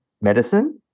medicine